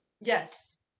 Yes